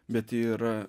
bet ji yra